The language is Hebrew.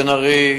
חבר הכנסת בן-ארי,